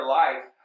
life